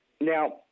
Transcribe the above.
Now